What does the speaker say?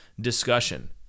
discussion